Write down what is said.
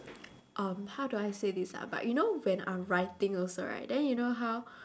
um how do I say this ah but you know when I'm writing also right then you know how